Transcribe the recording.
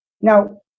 Now